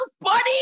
buddy